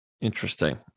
Interesting